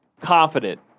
confident